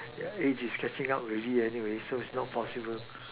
it is stretching out really anyway so it's not possible